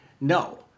No